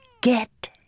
get